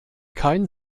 kein